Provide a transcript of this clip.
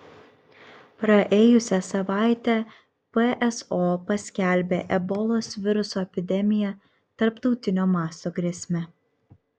praėjusią savaitę pso paskelbė ebolos viruso epidemiją tarptautinio masto grėsme